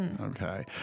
Okay